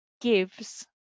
gives